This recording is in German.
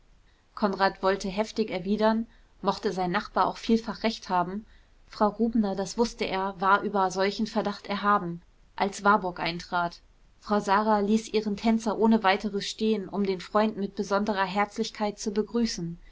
konrad wollte heftig erwidern mochte sein nachbar auch vielfach recht haben frau rubner das wußte er was über solchen verdacht erhaben als warburg eintrat frau sara ließ ihren tänzer ohne weiteres stehen um den freund mit besonderer herzlichkeit zu begrüßen